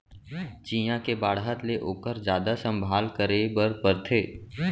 चियॉ के बाढ़त ले ओकर जादा संभाल करे बर परथे